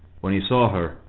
when he saw her,